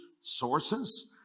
sources